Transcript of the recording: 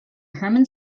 herman